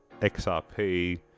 XRP